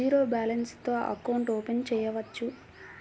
Zero balance తో account open చేయవచ్చు?